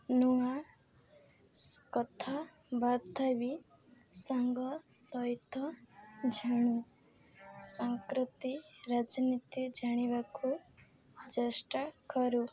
ନୂଆ କଥାବାର୍ତ୍ତା ବି ସାଙ୍ଗ ସହିତ ଜାଣୁ ସଂସ୍କୃତି ରୀତିନୀତି ଜାଣିବାକୁ ଚେଷ୍ଟା କରୁ